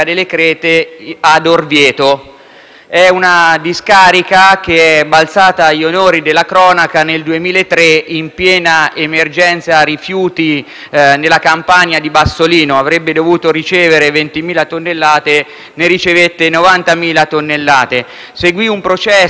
di una discarica balzata agli onori della cronaca nel 2003, in piena emergenza rifiuti nella Campania di Bassolino: avrebbe dovuto ricevere 20.000 tonnellate e ne ricevette 90.000. Ne seguì un processo sulla presunta presenza